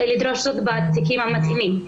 לדרוש זאת בתיקים המתאימים.